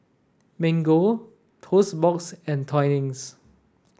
Mango Toast Box and Twinings